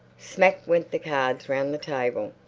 smack went the cards round the table.